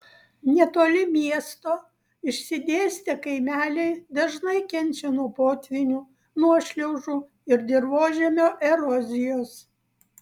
netoli miesto išsidėstę kaimeliai dažnai kenčia nuo potvynių nuošliaužų ir dirvožemio erozijos